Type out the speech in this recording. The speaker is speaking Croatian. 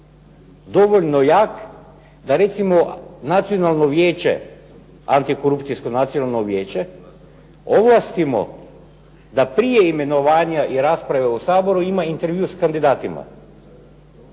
dovoljno jak da recimo Nacionalno vijeće, Antikorupcijsko nacinalno vijeće ovlastimo da prije imenovanja i rasprave u Saboru ima intervju s kandidatima?